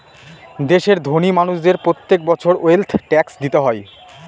দেশের ধোনি মানুষদের প্রত্যেক বছর ওয়েলথ ট্যাক্স দিতে হয়